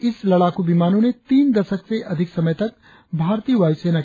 इस लड़ाकू विमानों ने तीन दशक से अधिक समय तक भारतीय वायुसेना की सेवा की